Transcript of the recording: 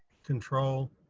control.